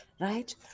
right